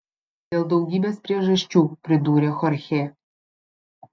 dėl daugybės priežasčių pridūrė chorchė